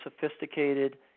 sophisticated